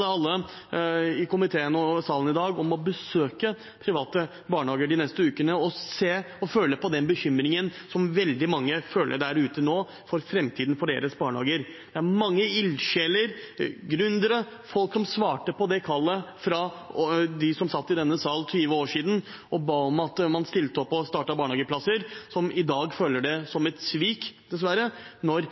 alle i komiteen og i salen i dag om å besøke private barnehager de neste ukene og se og føle på den bekymringen som veldig mange føler der ute nå for fremtiden for deres barnehage. Det er mange ildsjeler og gründere – folk som svarte på kallet fra dem som satt i denne sal for 20 år siden og ba om at man stilte opp og starter barnehageplasser – som i dag føler det som et svik, dessverre, når